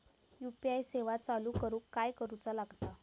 UPI सेवा चालू करूक काय करूचा लागता?